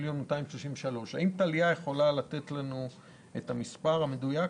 2,593,000. האם טליה יכולה לתת לנו את המספר המדויק?